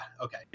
Okay